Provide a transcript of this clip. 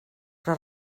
però